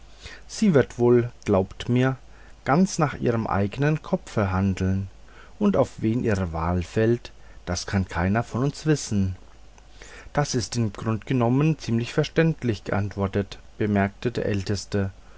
sie wird glaubt mir ganz nach ihrem eignen kopfe handeln und auf wen ihre wahl fällt das kann keiner von uns wissen das ist im grunde genommen ziemlich verständig geantwortet bemerkte der älteste